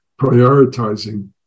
prioritizing